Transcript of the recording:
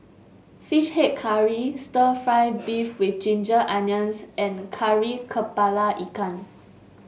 fish head curry stir fry beef with Ginger Onions and Kari kepala Ikan